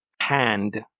hand